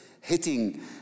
hitting